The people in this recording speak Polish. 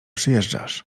przyjeżdżasz